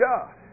God